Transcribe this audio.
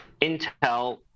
Intel